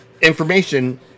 information